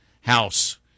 House